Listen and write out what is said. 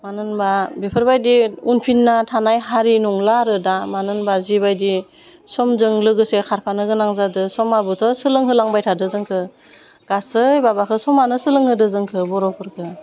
मानो होनबा बिफोरबायदि उनफिन्ना थानाय हारि नंला आरो दा मानो होनबा जिबायदि समजों लोगोसे खारफानो गोनां जादों समाबोथ' सोलोंहोलांबाय थादों जोंखौ गासै माबाखौ समानो सोलोंहोदों जोंखौ बर'फोरखौ